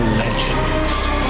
legends